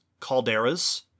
calderas